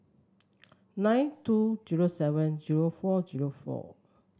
nine two zero seven zero four zero four